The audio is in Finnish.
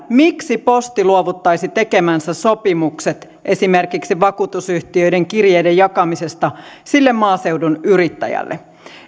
miksi posti luovuttaisi tekemänsä sopimukset esimerkiksi vakuutusyhtiöiden kirjeiden jakamisesta sille maaseudun yrittäjälle